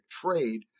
trade